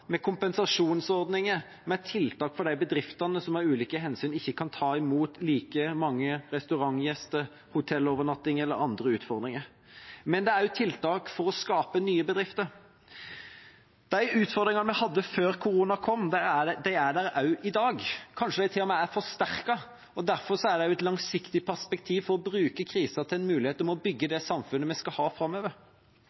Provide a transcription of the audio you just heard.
med kompensasjonsordninger, med tiltak for de bedriftene som av ulike hensyn ikke kan ta imot like mange restaurantgjester og hotellovernattinger, eller som har andre utfordringer. Men det er også tiltak for å skape nye bedrifter. De utfordringene vi hadde før koronaen kom, er der også i dag. Kanskje er de til og med forsterket. Derfor er det også et langsiktig perspektiv for å bruke krisen til